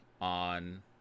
on –